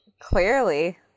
Clearly